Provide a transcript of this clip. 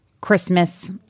Christmas